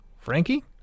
Frankie